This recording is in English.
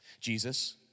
Jesus